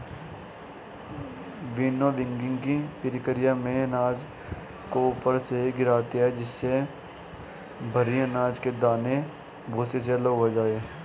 विनोविंगकी प्रकिया में अनाज को ऊपर से गिराते है जिससे भरी अनाज के दाने भूसे से अलग हो जाए